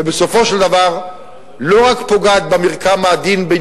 ובסופו של דבר לא רק פוגעת במרקם העדין בין